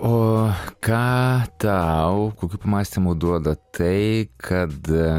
o ką tau kokių pamąstymų duoda tai kad